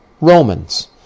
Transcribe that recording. Romans